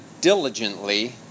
diligently